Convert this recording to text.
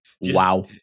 wow